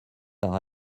par